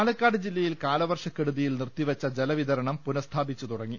പാലക്കാട് ജില്ലയിൽ കാലവർഷക്കെടുതിയിൽ നിർത്തിവെച്ച ജലവിതരണം പുനഃസ്ഥാപിച്ച് തുടങ്ങി